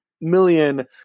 million